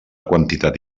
quantitat